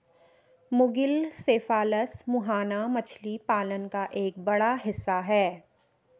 मुगिल cephalus मुहाना मछली पालन का एक बड़ा हिस्सा है